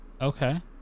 okay